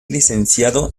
licenciado